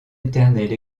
éternelle